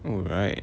alright